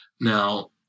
Now